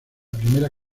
primera